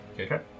Okay